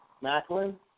Macklin